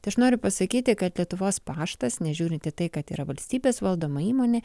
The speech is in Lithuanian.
tai aš noriu pasakyti kad lietuvos paštas nežiūrint į tai kad yra valstybės valdoma įmonė